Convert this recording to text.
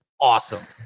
awesome